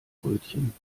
brötchen